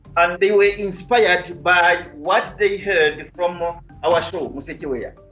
and they were inspired by what they heard from ah our show, musekeweya.